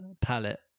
palette